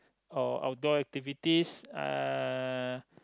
or outdoor activities uh